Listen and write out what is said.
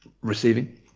Receiving